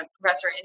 professor